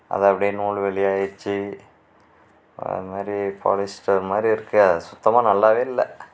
அது அப்படியே நூல் வெளியாகிடிச்சி அது மாரி பாலிஸ்டர் மாதிரி இருக்குது அது சுத்தமாக நல்லாவே இல்லை